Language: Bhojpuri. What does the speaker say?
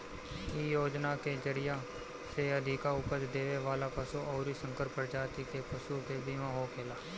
इ योजना के जरिया से अधिका उपज देवे वाला पशु अउरी संकर प्रजाति के पशु के बीमा होखेला